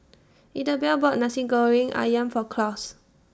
Idabelle bought Nasi Goreng Ayam For Claus